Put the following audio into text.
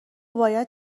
باید